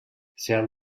cel